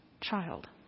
child